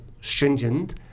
stringent